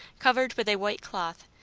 covered with a white cloth,